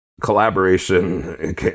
collaboration